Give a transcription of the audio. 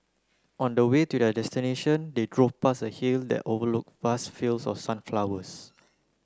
on the way to their destination they drove past a hill that overlooked vast fields of sunflowers